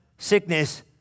sickness